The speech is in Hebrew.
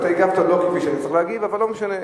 אתה הגבת לא כפי שצריך להגיב, אבל לא משנה.